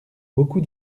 beaucoup